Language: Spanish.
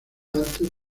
antes